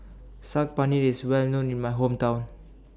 Saag Paneer IS Well known in My Hometown